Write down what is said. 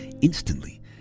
Instantly